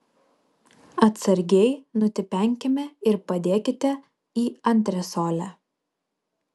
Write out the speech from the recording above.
atsargiai nutipenkime ir padėkite į antresolę